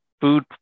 food